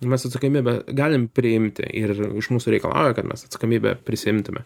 mes atsakomybę galim priimti ir iš mūsų reikalauja kad mes atsakomybę prisiimtume